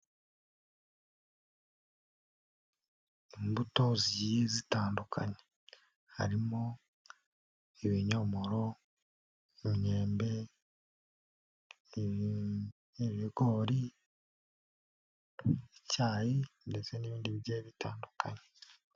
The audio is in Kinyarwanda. Imbuto zigiye zitandukanye. Harimo ibinyomoro, imyembe, ibigori, icyayi ndetse n'ibindi bigiye bitandukanye.